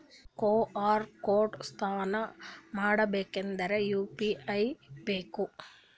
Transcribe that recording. QR code scan ಮಾಡಬೇಕಾದರೆ UPI ಬೇಕಾ?